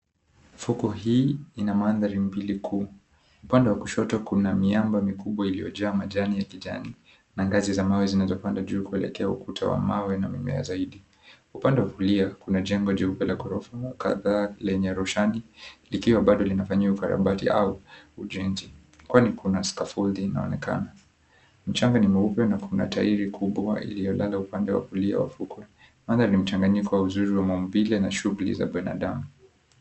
Soko hii ina mandhari mbili kuu upande wa kushoto kuna miamba mikubwa iliyojaa majani ya kijani na ngazi za mawe zinazopanda juu kuelekea ukuta wa mawe na mimea zaidi. Upande wa kulia kuna jengo jeupe la ghorofa kadhaa lenye roshangi likiwa bado linafanyiwa ukarabati au ujenzi kwani skafuldi inaonekana. Mchanga ni mweupe na kuna tairi kubwa iliyolala kwenye upande wa fukwe. Mandhari ni mchanganyiko wa uzuri wa maumbile na shughuli za binadamu.